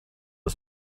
his